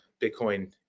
Bitcoin